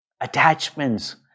attachments